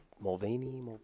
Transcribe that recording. Mulvaney